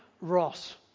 Ross